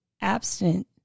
abstinent